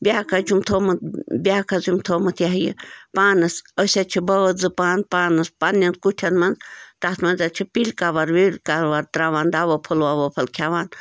بیٛاکھ حظ چھُم تھومُت بیٛاکھ حظ چھم تھومُت یہِ ہا یہِ پانس أسۍ حظ چھِ بٲژ زٕ پان پانس پنٛنٮ۪ن کُٹھن منٛز تَتھ منٛز حظ چھِ پِل کَور وِل کَور تَراوان دَوا پھوٚل وَوا پھوٚل کھیٚوان